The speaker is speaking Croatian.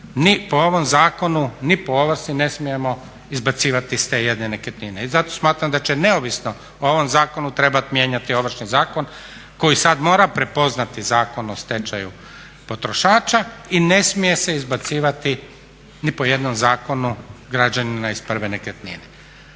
ni po ovom zakonu, ni po ovrsi ne smijemo izbacivati iz te jedne nekretnine. I zato smatram da će neovisno o ovom zakonu trebat mijenjati Ovršni zakon koji sad mora prepoznati Zakon o stečaju potrošača i ne smije se izbacivati ni po jednom zakonu građanina iz prve nekretnina.